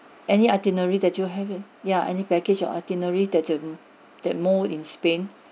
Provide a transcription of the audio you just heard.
any itinerary that you have yeah any package or itinerary that mm that more in spain